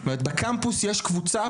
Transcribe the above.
זאת אומרת בקמפוס יש קבוצה